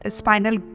spinal